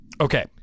Okay